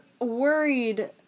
worried